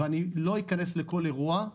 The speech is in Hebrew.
ואני לא אכנס לכל אירוע,